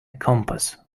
compass